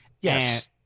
yes